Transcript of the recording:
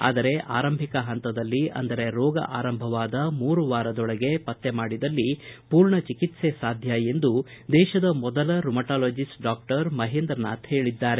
ಆದರೆ ಆರಂಭಿಕ ಹಂತದಲ್ಲಿ ಅಂದರೆ ರೋಗ ಆರಂಭವಾದ ಮೂರು ವಾರದೊಳಗೆ ಪತ್ತೆ ಮಾಡಿದಲ್ಲಿ ಪೂರ್ಣ ಚಿಕಿತ್ಸೆ ಸಾಧ್ಯ ಎಂದು ದೇಶದ ಮೊದಲ ರುಮಟಾಲೊಬಿಸ್ಟ್ ಡಾಕ್ಟರ್ ಮಹೇಂದ್ರನಾಥ್ ಹೇಳಿದ್ದಾರೆ